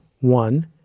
One